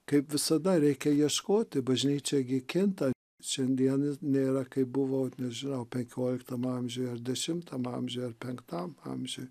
kaip visada reikia ieškoti bažnyčia gi kinta šiandien nėra kaip buvo nežinau penkioliktam amžiuj ar dešimtam amžiuje ar penktam amžiuj